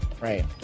Right